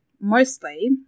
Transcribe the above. mostly